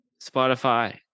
Spotify